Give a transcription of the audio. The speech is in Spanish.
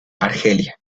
argelia